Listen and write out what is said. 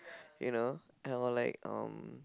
you know I will like um